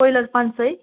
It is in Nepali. कोइलर पाँच सय